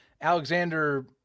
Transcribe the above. Alexander